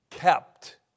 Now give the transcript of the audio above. Kept